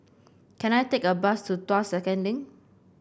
can I take a bus to Tuas Second Link